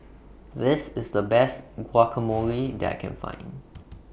This IS The Best Guacamole that I Can Find